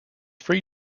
free